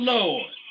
Lord